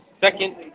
second